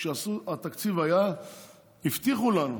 כשהיה התקציב הבטיחו לנו,